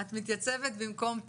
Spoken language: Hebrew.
השתמשנו בהגדרה מחוק העונשין.